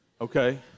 okay